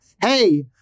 hey